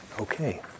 Okay